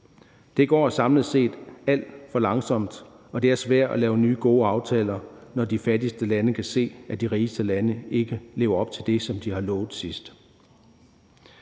Det går samlet set alt for langsomt, og det er svært at lave nye gode aftaler, når de fattigste lande kan se, at de rigeste lande ikke lever op til det, som de har lovet sidst.